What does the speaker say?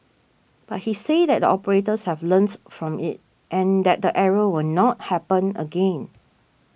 but he said that the operators have learnt from it and that the error will not happen again